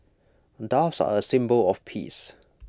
doves are A symbol of peace